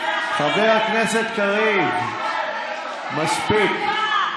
חבר הכנסת קריב, מספיק.